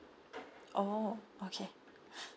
oh okay